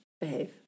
Behave